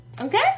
Okay